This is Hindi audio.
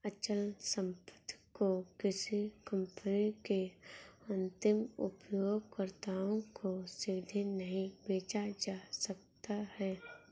अचल संपत्ति को किसी कंपनी के अंतिम उपयोगकर्ताओं को सीधे नहीं बेचा जा सकता है